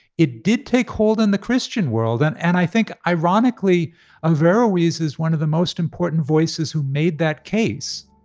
it did take hold in the christian world, and and i think ironically averroes averroes is one of the most important voices who made that case.